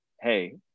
hey